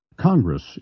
Congress